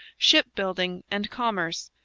shipbuilding, and commerce,